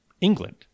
England